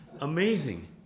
Amazing